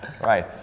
right